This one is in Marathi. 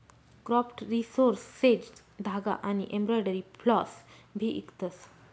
क्राफ्ट रिसोर्सेज धागा आनी एम्ब्रॉयडरी फ्लॉस भी इकतस